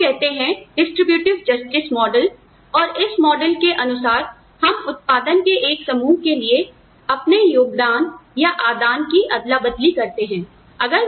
एक को कहते हैं वितरण न्याय मॉडल और इस मॉडल के अनुसार हम उत्पादन के एक समूह के लिए अपने योगदान या आदान की अदला बदली करते हैं